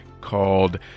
called